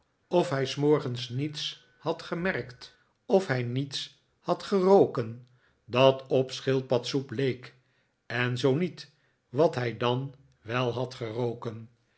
of hij s morgens niets had gemerkt of hij niets had geroken dat op schildpadsoep leek en zoo niet wat hij dan wel had geroken